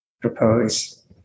propose